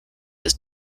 his